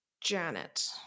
Janet